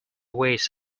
ways